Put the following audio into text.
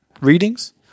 readings